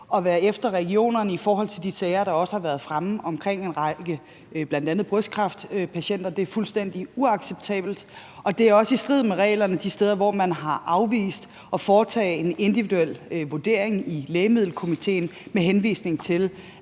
at være efter regionerne i forhold til de sager, der også har været fremme, bl.a. omkring en række brystkræftpatienter. Det er fuldstændig uacceptabelt. Og det er også i strid med reglerne de steder, hvor man har afvist at foretage en individuel vurdering i lægemiddelkomitéen, med henvisning til